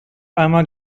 einmal